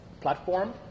platform